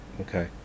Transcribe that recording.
Okay